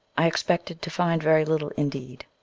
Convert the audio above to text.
i expected to find very little indeed.